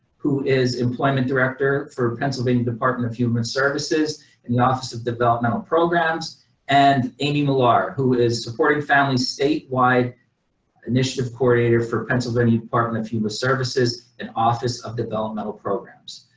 who is employment director for pennsylvania department of human services and the office of developmental programs and amy milan, who is supporting family statewide initiative coordinator for pennsylvania department of human services and office of developmental programs.